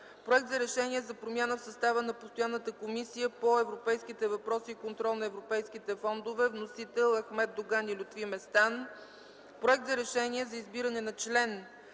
Проект за решение за промяна в състава на Постоянната комисия по европейските въпроси и контрол на европейските фондове. Вносители – Ахмед Доган и Лютви Местан. Проект за решение за избиране на член